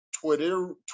Twitter